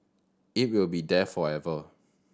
it will be there forever